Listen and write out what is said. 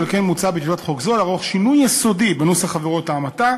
ועל כן מוצע בהצעת חוק זו לערוך שינוי יסודי בנוסח עבירות ההמתה,